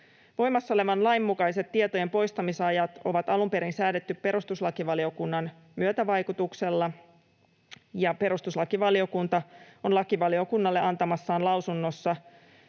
Voimassa olevan lain mukaiset tietojen poistamisajat on alun perin säädetty perustuslakivaliokunnan myötävaikutuksella, ja perustuslakivaliokunta on lakivaliokunnalle antamassaan lausunnossa